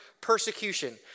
persecution